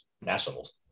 Nationals